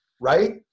right